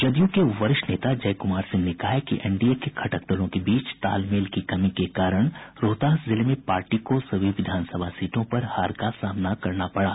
जदयू के वरिष्ठ नेता जय कुमार सिंह ने कहा है कि एनडीए के घटक दलों के बीच तालमेल की कमी के कारण रोहतास जिले में पार्टी को सभी विधानसभा सीटों पर हार का सामना करना पड़ा